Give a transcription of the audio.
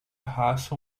raça